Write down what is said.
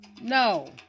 No